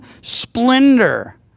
splendor